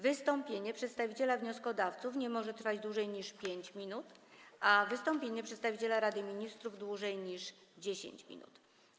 Wystąpienie przedstawiciela wnioskodawców nie może trwać dłużej niż 5 minut, a wystąpienie przedstawiciela Rady Ministrów - dłużej niż 10 minut.